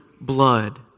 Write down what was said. blood